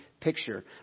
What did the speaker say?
picture